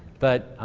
but